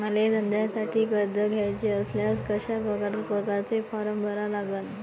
मले धंद्यासाठी कर्ज घ्याचे असल्यास कशा परकारे फारम भरा लागन?